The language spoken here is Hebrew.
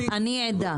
ואני עדה.